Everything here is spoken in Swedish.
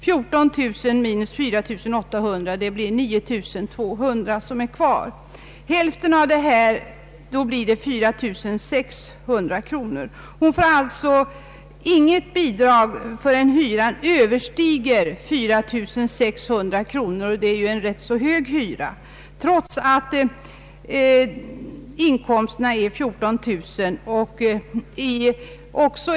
14000 kronor minus 4 800 kronor gör att 9200 kronor blir kvar. Hälften av detta belopp blir 4600 kronor. Hon får alltså inget bostadsbidrag förrän hyran överstiger 4600 kronor — det är ju en rätt hög hyra — i förhållande till att pensionsinkomsten är 14 000 kronor.